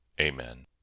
Amen